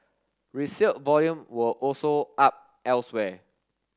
resale volume were also up elsewhere